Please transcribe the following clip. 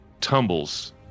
tumbles